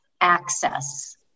access